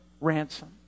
ransom